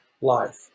life